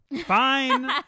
Fine